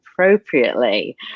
Appropriately